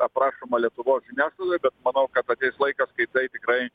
aprašoma lietuvos žiniasklaidoj bet manau kad ateis laikas kai tai tikrai